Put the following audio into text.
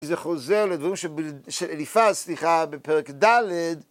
זה חוזר לדברים שביל... שאליפז, סליחה, בפרק ד'...